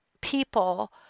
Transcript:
people